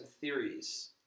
theories